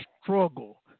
struggle